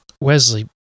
wesley